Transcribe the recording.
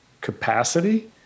capacity